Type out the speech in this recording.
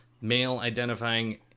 male-identifying